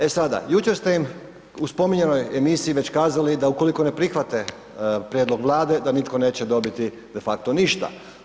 E sada, jučer ste im u spominjanoj emisiji već kazali da ukoliko ne prihvate prijedlog Vlade da nitko neće dobiti de facto ništa.